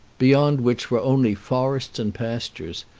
beyond which were only forests and pastures.